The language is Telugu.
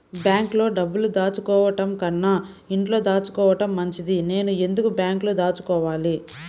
బ్యాంక్లో డబ్బులు దాచుకోవటంకన్నా ఇంట్లో దాచుకోవటం మంచిది నేను ఎందుకు బ్యాంక్లో దాచుకోవాలి?